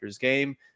game